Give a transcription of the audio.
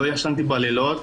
לא ישנתי בלילות.